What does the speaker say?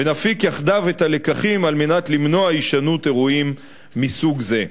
ונפיק יחדיו את הלקחים על מנת למנוע הישנות אירועים מסוג זה.